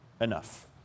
enough